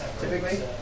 typically